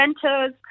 centers